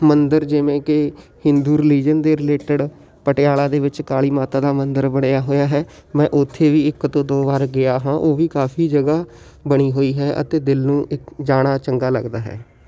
ਮੰਦਰ ਜਿਵੇਂ ਕਿ ਹਿੰਦੂ ਰਿਲੀਜਨ ਦੇ ਰਿਲੇਟਡ ਪਟਿਆਲਾ ਦੇ ਵਿੱਚ ਕਾਲੀ ਮਾਤਾ ਦਾ ਮੰਦਰ ਬਣਿਆ ਹੋਇਆ ਹੈ ਮੈਂ ਉੱਥੇ ਵੀ ਇਕ ਤੋਂ ਦੋ ਵਾਰ ਗਿਆ ਹਾਂ ਉਹ ਵੀ ਕਾਫੀ ਜਗ੍ਹਾ ਬਣੀ ਹੋਈ ਹੈ ਅਤੇ ਦਿਲ ਨੂੰ ਇੱਕ ਜਾਣਾ ਚੰਗਾ ਲੱਗਦਾ ਹੈ